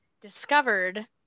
discovered